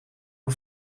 een